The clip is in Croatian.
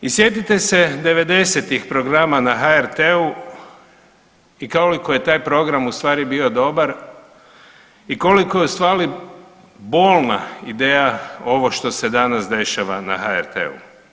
I sjetite se devedesetih programa na HRT-u i koliko je taj program u stvari bio dobar i koliko je u stvari bolna ideja ovo što se danas dešava na HRT-u.